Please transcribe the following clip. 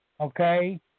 okay